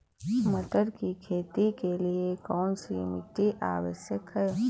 मटर की खेती के लिए कौन सी मिट्टी आवश्यक है?